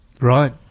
Right